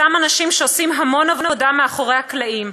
אותם אנשים שעושים המון עבודה מאחורי הקלעים,